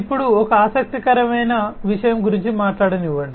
ఇప్పుడు ఒక ఆసక్తికరమైన విషయం గురించి మాట్లాడనివ్వండి